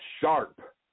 sharp